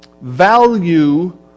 Value